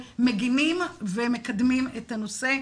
מגינים ומקדמים את הנושא.